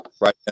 right